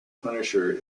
punisher